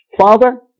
Father